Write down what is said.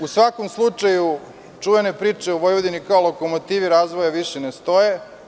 U svakom slučaju, čuvene priče o Vojvodini kao lokomotivi razvoja više ne stoje.